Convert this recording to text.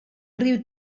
riu